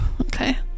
okay